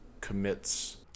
commits